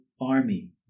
army